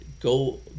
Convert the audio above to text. go